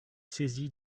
saisi